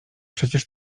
przecież